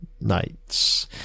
nights